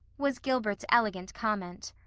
was gilbert's elegant comment.